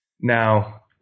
Now